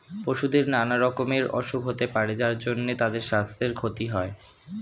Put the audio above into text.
পশুদের নানা রকমের অসুখ হতে পারে যার জন্যে তাদের সাস্থের ক্ষতি হয়